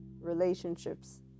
relationships